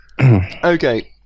okay